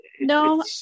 No